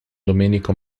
domenico